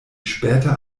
später